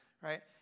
Right